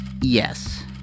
Yes